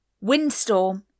Windstorm